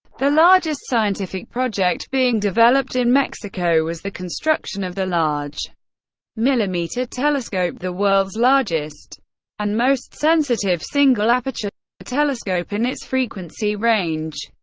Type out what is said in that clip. the largest scientific project being developed in mexico was the construction of the large millimeter telescope, the world's largest and most sensitive single-aperture telescope in its frequency range.